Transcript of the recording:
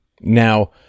Now